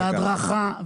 הדרכה,